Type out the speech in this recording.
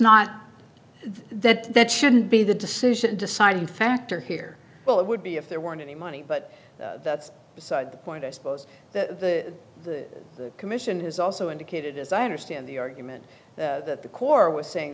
not that that shouldn't be the decision deciding factor here well it would be if there weren't any money but that's beside the point i suppose the commission is also indicated as i understand the argument that the corps was saying